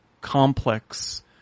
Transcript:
complex